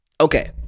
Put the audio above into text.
okay